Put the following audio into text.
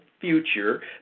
future